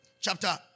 chapter